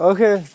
Okay